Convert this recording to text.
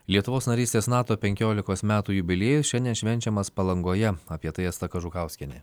lietuvos narystės nato penkiolikos metų jubiliejus šiandien švenčiamas palangoje apie tai asta kažukauskienė